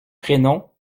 prénoms